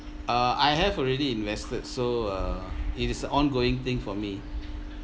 uh I have already invested so uh it is ongoing thing for me